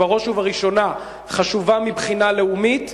ובראש ובראשונה חשובה מבחינה לאומית,